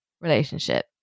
relationship